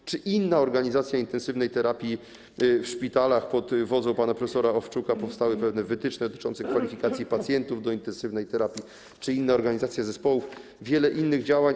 Chodzi też o inną organizację intensywnej terapii w szpitalach - pod wodzą pana prof. Owczuka powstały pewne wytyczne dotyczące kwalifikacji pacjentów do intensywnej terapii - także o inną organizację zespołów, wiele innych działań.